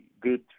good